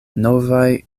novaj